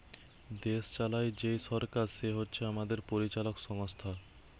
দেশ চালায় যেই সরকার সে হচ্ছে আমাদের পরিচালক সংস্থা